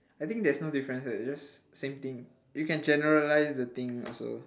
I think there's no difference eh it's just same thing you can generalise the thing also